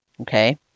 Okay